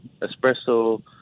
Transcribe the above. espresso